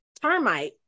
termite